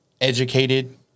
educated